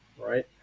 Right